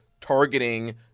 targeting